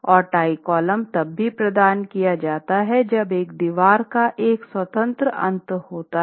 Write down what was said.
और tie column तब भी प्रदान किया जाता है जब एक दीवार का एक स्वतंत्र अंत होता है